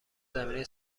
زمینی